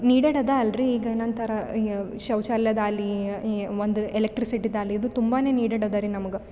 needed ಅದ ಅಲ್ರಿ ಈಗ ನಂತರ ಶೌಚಾಲಯದಾಲಿ ಒಂದು ಎಲೆಕ್ಟ್ರಿಸಿಟಿದಾಲಿ ಅದು ತುಂಬಾ ನೀಡೆಡ್ ಅದ ರೀ ನಮ್ಗೆ